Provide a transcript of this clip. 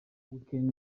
weekend